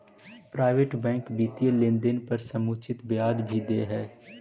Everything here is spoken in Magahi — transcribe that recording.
प्राइवेट बैंक वित्तीय लेनदेन पर समुचित ब्याज भी दे हइ